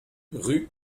rue